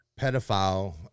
pedophile